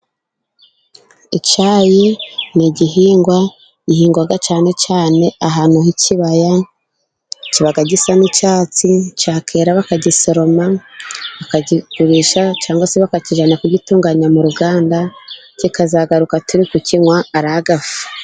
Icyayi ni igihingwa gihingwa, cyane cyane ahantu h'ikibaya kiba gisa n'icyatsi, cyakwera bakagisoroma bakakigurisha, cyangwa se bakakijyana kugitunganya mu ruganda, kikazagaruka turi kukinywa ari agafu.